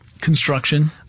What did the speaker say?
construction